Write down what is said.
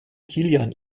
kilian